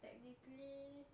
technically